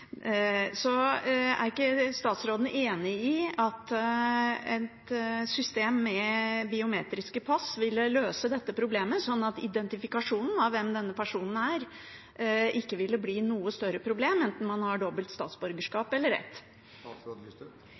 Er ikke statsråden enig i at et system med biometriske pass ville løse dette problemet, slik at identifikasjonen av denne personen ikke ville bli noe større problem – enten man har dobbelt statsborgerskap, eller har ett?